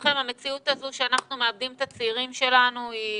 שמבחינתכם המציאות הזו שאנחנו מאבדים את הצעירים שלנו היא בסדר.